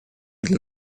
для